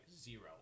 zero